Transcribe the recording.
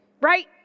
Right